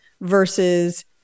versus